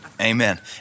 Amen